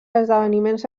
esdeveniments